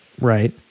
right